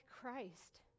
Christ